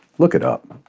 look it up.